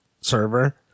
server